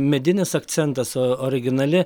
medinis akcentas originali